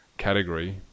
category